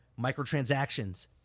microtransactions